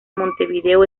montevideo